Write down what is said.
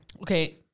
Okay